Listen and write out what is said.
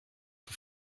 for